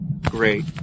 Great